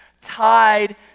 tied